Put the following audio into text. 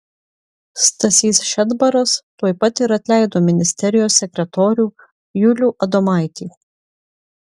stasys šedbaras tuoj pat ir atleido ministerijos sekretorių julių adomaitį